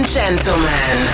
gentlemen